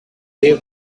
there